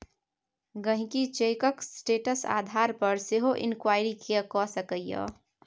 गांहिकी चैकक स्टेटस आधार पर सेहो इंक्वायरी कए सकैए